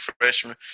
freshman